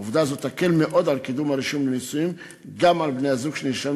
עובדה זאת תקל מאוד על קידום הרישום לנישואים גם על בני-הזוג שנרשמים